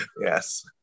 yes